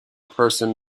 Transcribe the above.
person